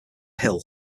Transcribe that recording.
hill